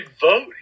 vote